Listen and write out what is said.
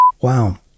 Wow